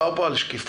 מדובר פה על שקיפות.